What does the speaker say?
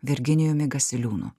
virginijumi gasiliūnu